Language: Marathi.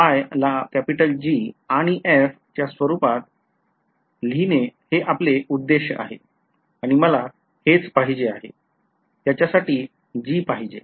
ला G आणि f च्या स्वरूपात हे आपले उद्देश आहे आणि मला हेच पाहिजे त्याच्यासाठी G पाहिजे